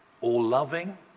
all-loving